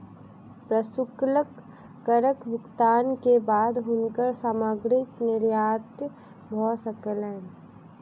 प्रशुल्क करक भुगतान के बाद हुनकर सामग्री निर्यात भ सकलैन